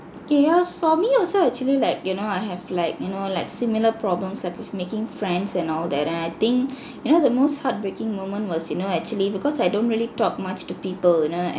yeah for me also actually like you know I have like you know like similar problems like with making friends and all that and I think you know the most heartbreaking moment was you know actually because I don't really talk much to people you know as